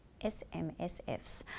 SMSFs